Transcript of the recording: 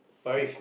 Parish